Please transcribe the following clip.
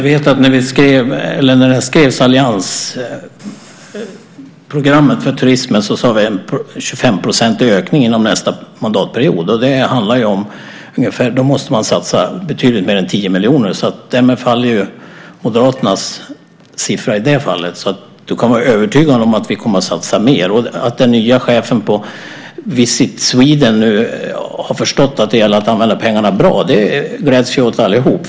Herr talman! När alliansprogrammet för turismen skrevs nämnde vi en 25-procentig ökning inom nästa mandatperiod. Då måste man satsa betydligt mer än 10 miljoner. Därmed faller Moderaternas siffra i det fallet. Du kan vara övertygad om att vi kommer att satsa mer. Att den nya chefen på Visit Sweden nu har förstått att det gäller att använda pengarna bra gläds vi åt allihop.